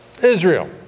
Israel